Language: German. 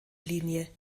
linie